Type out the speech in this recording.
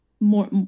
more